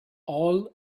all